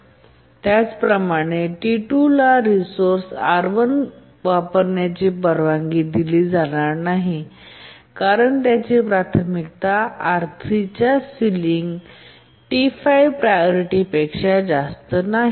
आणि त्याचप्रमाणे T2 ला रिसोअर्स R1 वापरण्याची परवानगी दिली जाणार नाही कारण त्याची प्राथमिकता R3 च्या सिलिंग T5 प्रायोरिटी पेक्षा जास्त नाही